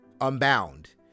unbound